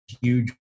huge